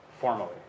formally